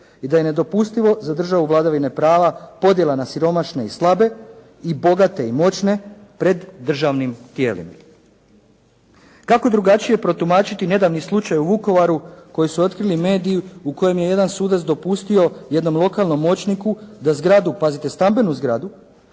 i da je nedopustivo za državu vladavine prava podjela na siromašne i slabe i bogate i moćne pred državnim tijelima. Kako drugačije protumačiti nedavni slučaj u Vukovaru koji su otkrili mediji u kojem je jedan sudac dopustio jednom lokalnom moćniku da zgradu, pazite stambenu zgradu